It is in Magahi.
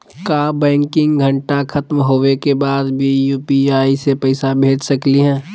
का बैंकिंग घंटा खत्म होवे के बाद भी यू.पी.आई से पैसा भेज सकली हे?